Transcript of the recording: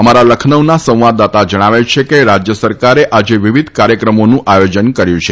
અમારા લખનૌના સંવાદદાતા જણાવે છે કે રાજ્ય સરકારે આજે વિવિધ કાર્યક્રમોનું આયોજન કર્યું છે